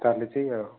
ଚାଲିଛି ଆଉ